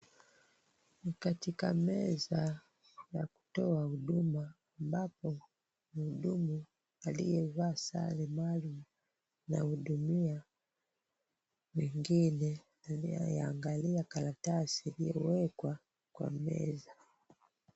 Ni katika meza ya kutoa huduma, ambapo mhudumu aliyevaa sare maalum anahudumia wengine walioangalia karatasi iliyowekwa kwa meza.